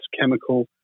chemical